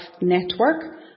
network